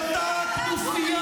כנופיה